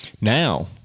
now